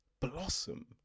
blossom